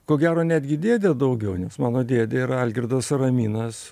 ko gero netgi dėdė daugiau nes mano dėdė yra algirdas araminas